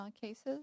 cases